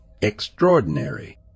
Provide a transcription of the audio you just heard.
extraordinary